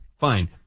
Fine